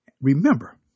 Remember